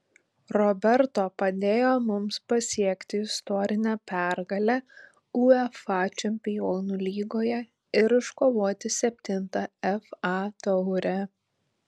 roberto padėjo mums pasiekti istorinę pergalę uefa čempionų lygoje ir iškovoti septintą fa taurę